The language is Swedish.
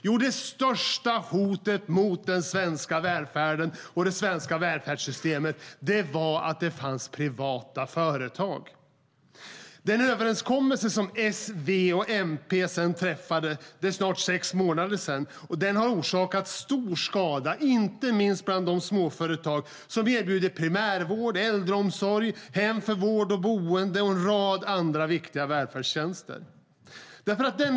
Jo, det största hotet mot den svenska välfärden och det svenska välfärdssystemet var att det fanns privata företag. Den överenskommelse som S, V och MP träffade för snart sex månader sedan har orsakat stor skada, inte minst bland de småföretag som erbjuder primärvård, äldreomsorg, hem för vård och boende och en rad andra viktiga välfärdstjänster.